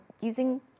using